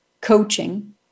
coaching